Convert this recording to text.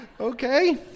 Okay